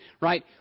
right